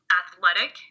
athletic